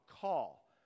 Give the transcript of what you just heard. call